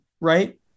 Right